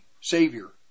Savior